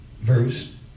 Verse